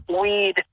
weed